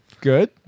Good